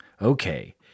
Okay